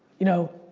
you know,